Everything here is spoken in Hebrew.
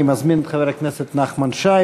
אני מזמין את חבר הכנסת נחמן שי.